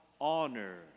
honor